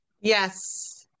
Yes